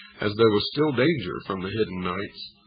as there was still danger from the hidden knights.